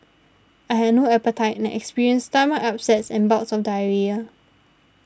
I had no appetite and experienced stomach upsets and bouts of diarrhoea